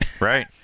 Right